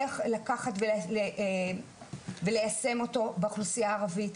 איך לקחת וליישם אותו באוכלוסייה הערבית.